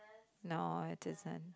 no I didn't